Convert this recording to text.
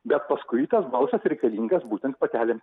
bet paskui tas balsas reikalingas būtent patelėm